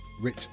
Rich